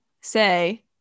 say